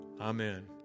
Amen